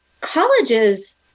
colleges